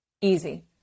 Easy